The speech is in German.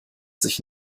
sich